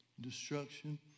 destruction